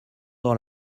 dans